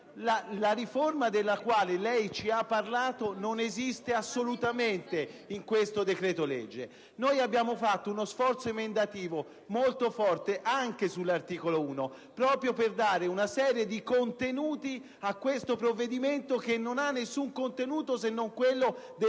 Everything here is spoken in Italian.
La riforma della quale il ministro Bondi ci ha parlato non esiste assolutamente in questo decreto-legge. Noi abbiamo fatto uno sforzo emendativo molto forte anche sull'articolo 1, proprio per dare una serie di contenuti a questo provvedimento che non ha nessun contenuto se non quello del taglio